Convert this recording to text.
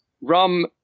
Rum